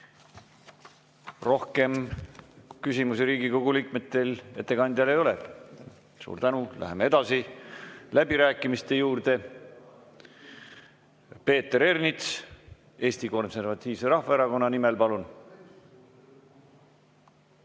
Rohkem küsimusi Riigikogu liikmetel ettekandjale ei ole. Suur tänu! Läheme edasi läbirääkimiste juurde. Peeter Ernits Eesti Konservatiivse Rahvaerakonna nimel, palun!